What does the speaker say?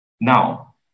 Now